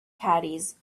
caddies